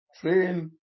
train